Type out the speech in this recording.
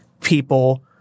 people